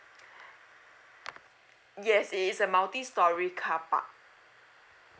yes it is a multi storey carpark